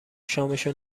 شامشو